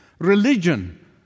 Religion